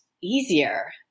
easier